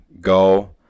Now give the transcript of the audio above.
go